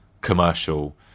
commercial